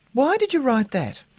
why did you write that?